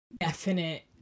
definite